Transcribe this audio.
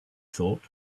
thought